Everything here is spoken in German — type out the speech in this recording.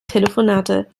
telefonate